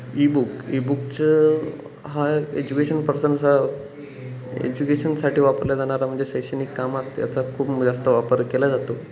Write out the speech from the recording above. ebook ईबुकचं हा education पर्सनचा एज्युकेशनसाठी वापरल्या जाणारा म्हणजे शैक्षणिक कामात त्याचा खूप जास्त वापर केला जातो